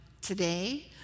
today